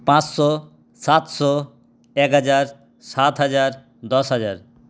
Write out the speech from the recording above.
পাঁচশো সাতশো এক হাজার সাত হাজার দশ হাজার